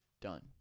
done